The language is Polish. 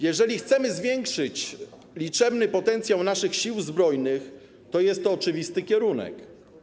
Jeżeli chcemy zwiększyć liczebny potencjał naszych Sił Zbrojnych, to jest to oczywisty kierunek.